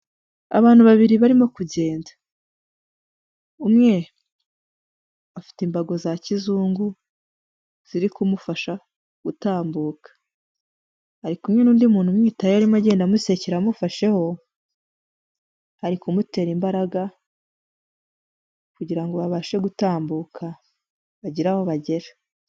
Abantu babiri barimo kugenda, umwe afite imbago za kizungu ziri kumufasha gutambuka, ari kumwe n'undi muntu umwitayeho arimo agenda amusekera amufasheho, ari kumutera imbaraga kugira ngo babashe gutambuka bagire aho bagera.